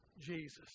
Jesus